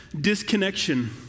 disconnection